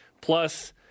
Plus